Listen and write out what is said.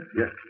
yes